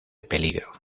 peligro